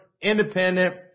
independent